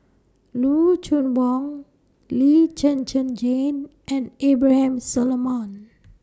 Loo Choon Yong Lee Zhen Zhen Jane and Abraham Solomon